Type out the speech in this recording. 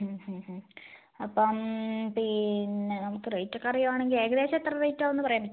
അപ്പം പിന്നെ നമുക്ക് റേറ്റൊക്കെ അറിയുവാണെങ്കിൽ ഏകദേശം എത്ര റേറ്റാവൂന്ന് പറയാൻ പറ്റുമോ